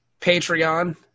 patreon